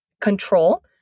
control